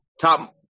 top